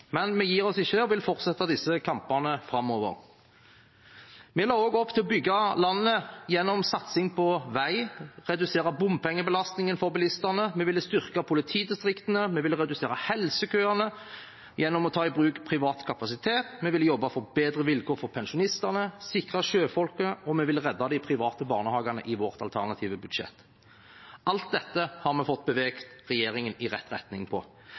Men vi gir oss ikke og vil fortsette disse kampene framover. Vi la også opp til å bygge landet gjennom satsing på vei, vi ville redusere bompengebelastningen for bilistene, vi ville styrke politidistriktene, vi ville redusere helsekøene gjennom å ta i bruk privat kapasitet, vi ville jobbe for bedre vilkår for pensjonistene, vi ville sikre sjøfolkene, og vi ville redde de private barnehagene i vårt alternative budsjett. Alt dette har vi fått beveget regjeringen i rett retning på.